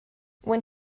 when